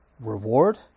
reward